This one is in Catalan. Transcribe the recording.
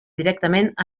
directament